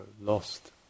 lost